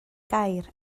gair